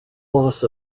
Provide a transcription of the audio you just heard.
loss